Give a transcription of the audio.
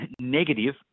negative